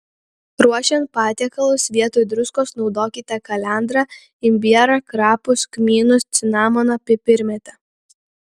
ruošiant patiekalus vietoj druskos naudokite kalendrą imbierą krapus kmynus cinamoną pipirmėtę